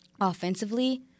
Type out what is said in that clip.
offensively